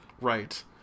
Right